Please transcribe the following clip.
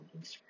Instagram